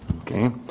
Okay